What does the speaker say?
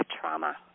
trauma